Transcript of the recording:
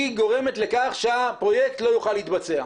היא גורמת לכך שהפרויקט לא יוכל להתבצע?